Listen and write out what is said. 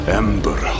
ember